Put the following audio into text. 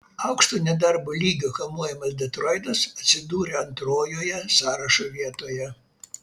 aukšto nedarbo lygio kamuojamas detroitas atsidūrė antrojoje sąrašo vietoje